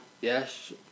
yes